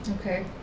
Okay